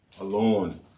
alone